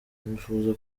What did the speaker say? nifuza